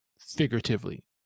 figuratively